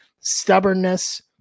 stubbornness